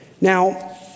Now